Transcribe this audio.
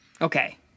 Okay